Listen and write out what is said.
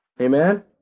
Amen